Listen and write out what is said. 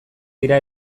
dira